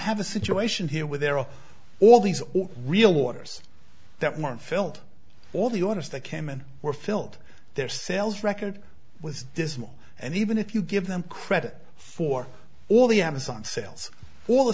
have a situation here where there are all these real orders that weren't filled all the orders that came in were filled their sales record was dismal and even if you give them credit for all the amazon sales